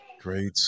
Great